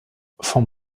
vom